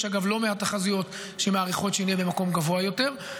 יש לא מעט תחזיות שמעריכות שנהיה במקום גבוה יותר.